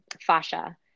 fascia